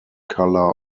colour